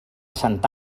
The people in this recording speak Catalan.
santa